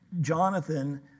Jonathan